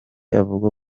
avuga